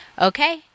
Okay